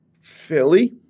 Philly